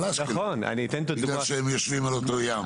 אשקלון בגלל שהם יושבים על אותו ים.